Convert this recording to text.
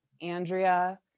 andrea